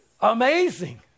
amazing